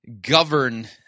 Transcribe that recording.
govern